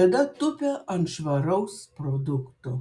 tada tupia ant švaraus produkto